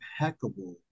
impeccable